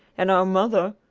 and our mother,